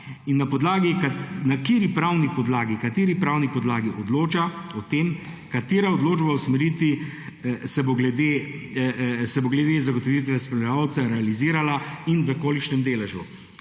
in na kateri pravni podlagi odloča o tem, katera odločba o usmeritvi se bo glede zagotovitve spremljevalca realizirala in v kolikšnem deležu?